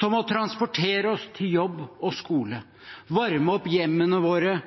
som å transportere oss til jobb og skole og varme opp hjemmene våre